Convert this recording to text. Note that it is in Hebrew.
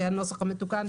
והנוסח המתוקן,